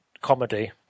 comedy